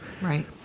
Right